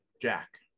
Jack